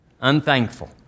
unthankful